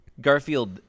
garfield